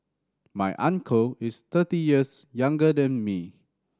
my uncle is thirty years younger than me